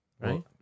Right